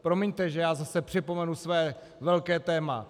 Promiňte, že zase připomenu své velké téma.